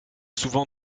souvent